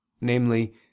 namely